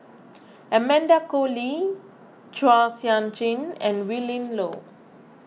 Amanda Koe Lee Chua Sian Chin and Willin Low